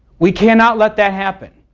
we cannot let that happen.